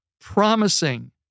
promising